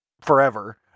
forever